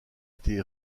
été